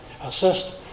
assist